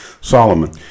solomon